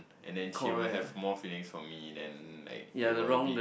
and then she will have more feelings for me then like it will be